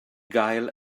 gael